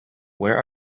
where